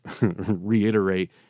reiterate